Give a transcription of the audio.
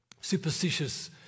superstitious